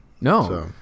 No